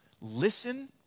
Listen